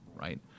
right